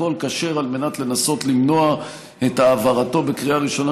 הכול כשר על מנת לנסות למנוע את העברתו בקריאה ראשונה